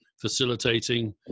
facilitating